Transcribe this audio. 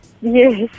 Yes